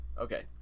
okay